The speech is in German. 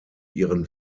ihren